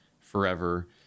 forever